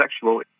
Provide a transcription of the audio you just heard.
sexual